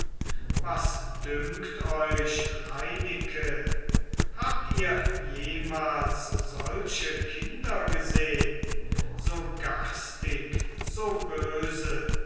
was dünkt euch reineke habt ihr jemals solche kinder gesehn so garstig so böse